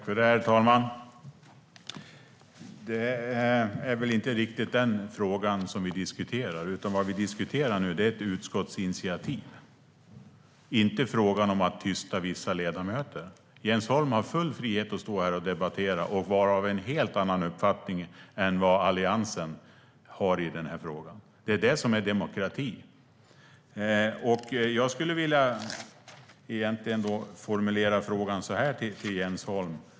Herr talman! Det är väl inte riktigt den frågan som vi diskuterar. Vi diskuterar ett utskottsinitiativ och inte frågan om att tysta vissa ledamöter. Jens Holm har full frihet att stå här och debattera och vara av en helt annan uppfattning än Alliansen i den här frågan. Det är det som är demokrati. Jag skulle egentligen vilja formulera frågan så här till Jens Holm.